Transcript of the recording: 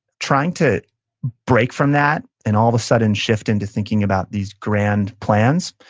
trying to break from that, and all of a sudden shift into thinking about these grand plans,